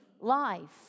life